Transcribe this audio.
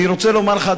אני רוצה לומר לך,